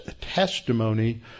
testimony